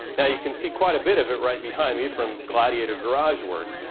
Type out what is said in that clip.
now you can see quite a bit of it right behind me from gladiator garage works.